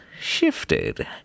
shifted